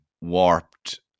warped